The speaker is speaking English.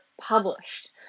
published